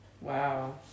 wow